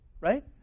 right